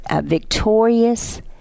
victorious